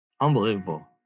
Unbelievable